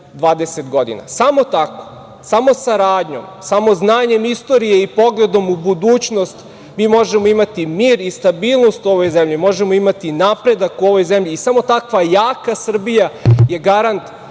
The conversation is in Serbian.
20 godina. Samo tako, samo saradnjom, samo znanjem istorije i pogledom u budućnost mi možemo imati mir i stabilnost u ovoj zemlji, možemo imati napredak u ovoj zemlji i samo takva jaka Srbija je garant